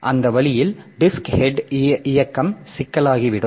எனவே அந்த வழியில் டிஸ்க் ஹெட் இயக்கம் சிக்கலாகிவிடும்